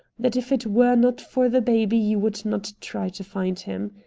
that if it were not for the baby you would not try to find him.